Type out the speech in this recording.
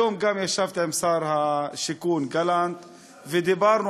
היום גם ישבתי עם שר השיכון גלנט ודיברנו